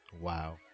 Wow